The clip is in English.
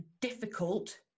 difficult